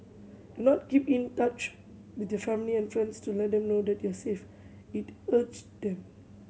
do not keep in touch with your family and friends to let them know that you are safe it urged them